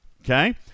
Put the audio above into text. Okay